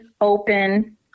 open